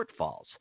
shortfalls